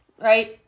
Right